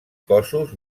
cossos